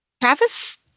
travis